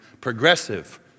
progressive